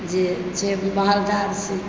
जे जे भी फलदार से